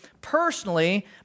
personally